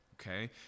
Okay